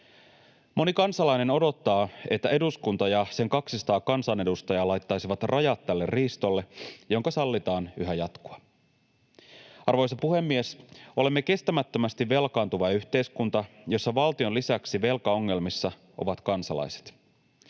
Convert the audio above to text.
Moni kansalainen odottaa, että eduskunta ja sen 200 kansanedustajaa laittaisivat rajat tälle riistolle, jonka sallitaan yhä jatkua. Arvoisa puhemies! Olemme kestämättömästi velkaantuva yhteiskunta, jossa valtion lisäksi velkaongelmissa ovat kansalaiset.